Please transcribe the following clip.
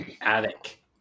Attic